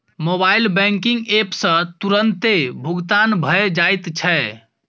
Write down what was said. mobile banking app सँ तुरतें भुगतान भए जाइत छै